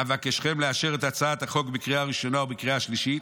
אבקשכם לאשר את הצעת החוק בקריאה שנייה ובקריאה שלישית.